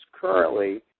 currently